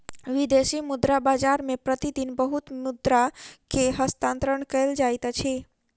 विदेशी मुद्रा बाजार मे प्रति दिन बहुत मुद्रा के हस्तांतरण कयल जाइत अछि